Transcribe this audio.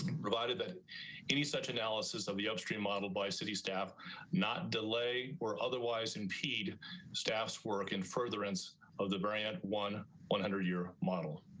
provided that any such analysis of the upstream model by city staff not delay or otherwise impede staffs work in furtherance of the bryant one one hundred year model.